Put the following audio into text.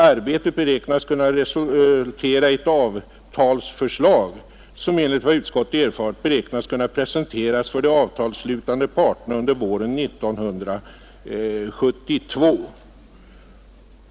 Arbetet beräknas kunna resultera i ett avtalsförslag som — enligt vad utskottet erfarit — beräknas kunna presenteras för de avtalsslutande parterna under våren 1972.